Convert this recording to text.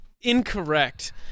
incorrect